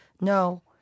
no